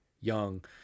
young